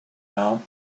now